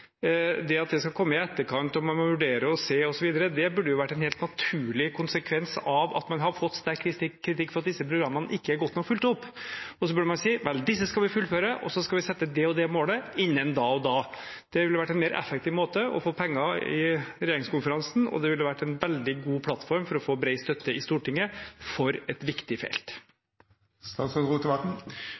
Det at det skal komme i etterkant, at man må vurdere og se osv., burde jo vært en helt naturlig konsekvens av at man har fått sterk kritikk for at disse programmene ikke er godt nok fulgt opp. Så burde man si at disse skal vi fullføre, og så skal vi sette det og det målet innen da og da. Det ville vært en mer effektiv måte å få penger i regjeringskonferansen på, og det ville vært en veldig god plattform for å få bred støtte i Stortinget for et viktig